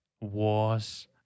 wars